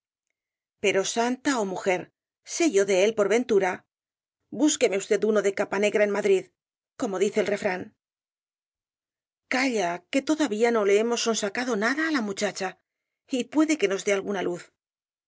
pero santa ó mujer sé yo de él por ventura búsqueme usted uno de capa negra en madrid como dice el refrán calla que todavía no le hemos sonsacado nada á la muchacha y puede que nos dé alguna luz